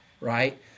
right